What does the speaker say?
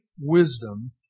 wisdom